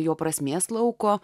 jo prasmės lauko